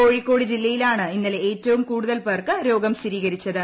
കോഴിക്കോട് ജില്ലയിലാണ് ഇന്നലെ ഏറ്റവും കൂടുതൽ പേർക്ക് രോഗം സ്ഥിരീകരിച്ചത്